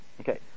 Okay